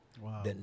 Wow